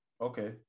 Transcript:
Okay